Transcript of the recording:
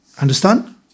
Understand